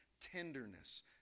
tenderness